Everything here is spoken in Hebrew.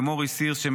למוריס הירש,